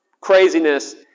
craziness